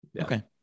okay